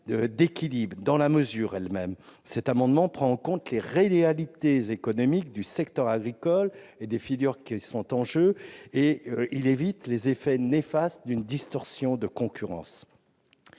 Équilibre dans la mesure, ensuite : le dispositif de l'amendement prend en compte les réalités économiques du secteur agricole et des filières en jeu, et il évite les effets néfastes d'une distorsion de concurrence.